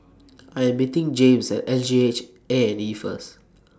I Am meeting James At S G H A and E First